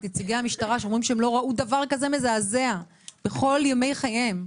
את נציגי המשטרה שאומרים שהם לא ראו כזה דבר מזעזע בכל ימי חייהם.